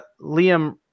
Liam